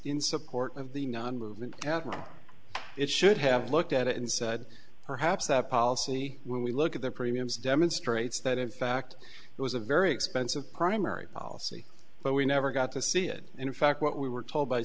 in support of the non movement patent it should have looked at it and said perhaps that policy when we look at their premiums demonstrates that in fact it was a very expensive primary policy but we never got to see it in fact what we were told by